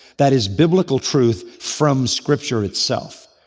that is biblical truth from scripture itself.